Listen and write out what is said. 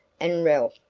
and ralph,